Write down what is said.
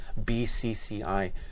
BCCI